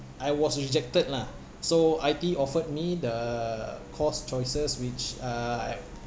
I was rejected lah so I_T_E offered me the course choices which uh I've